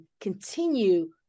continue